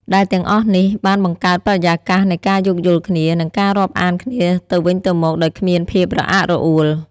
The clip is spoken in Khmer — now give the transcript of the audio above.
ដែលទាំងអស់នេះបានបង្កើតបរិយាកាសនៃការយោគយល់គ្នា និងការរាប់អានគ្នាទៅវិញទៅមកដោយគ្មានភាពរអាក់រអួល។